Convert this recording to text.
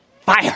fire